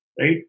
right